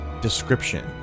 description